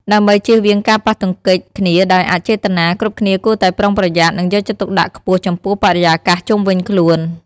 ដើម្បីជៀសវាងការប៉ះទង្គិចគ្នាដោយអចេតនា គ្រប់គ្នាគួរតែប្រុងប្រយ័ត្ន និងយកចិត្តទុកដាក់ខ្ពស់ចំពោះបរិយាកាសជុំវិញខ្លួន។